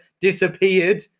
disappeared